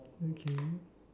okay